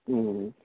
ம்